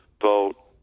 vote